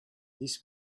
this